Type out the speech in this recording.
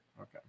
Okay